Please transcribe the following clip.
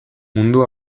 mundu